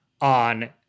on